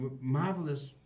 marvelous